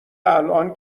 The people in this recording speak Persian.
الان